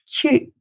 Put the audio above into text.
cute